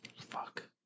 fuck